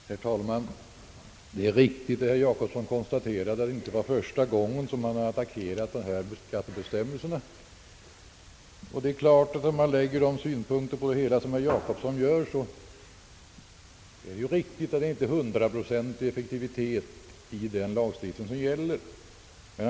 Herr talman! Det är riktigt, som herr Jacobsson konstaterade, att det inte är första gången han attackerar denna skattebestämmelse. Om man lägger de synpunkter på det hela, som herr Jacobsson gör, är det naturligtvis riktigt att effektiviteten i lagstiftningen inte är hundraprocentig.